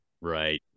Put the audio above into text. right